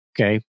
Okay